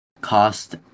cost